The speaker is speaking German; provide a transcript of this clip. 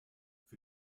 für